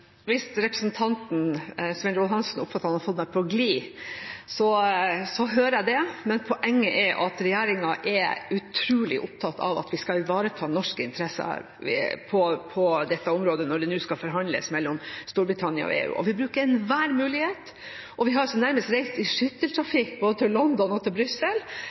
Hvis representanten Svein Roald Hansen oppfattet at han har fått meg på gli, så hører jeg det, men poenget er at regjeringen er utrolig opptatt av at vi skal ivareta norske interesser på dette området når det nå skal forhandles mellom Storbritannia og EU. Vi bruker enhver mulighet, og vi har nærmest reist i skytteltrafikk både til London og til Brussel